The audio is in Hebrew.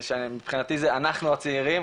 מבחינתי זה אנחנו הצעירים,